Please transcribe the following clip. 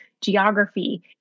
geography